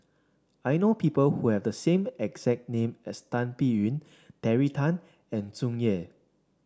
I know people who have the same exact name as Tan Biyun Terry Tan and Tsung Yeh